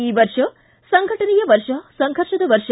ಈ ವರ್ಷ ಸಂಘಟನೆಯ ವರ್ಷ ಸಂಘರ್ಷದ ವರ್ಷ